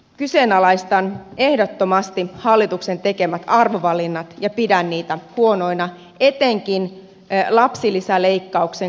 minä kyseenalaistan ehdottomasti hallituksen tekemät arvovalinnat ja pidän niitä huonoina etenkin lapsilisäleikkauksen kohdalla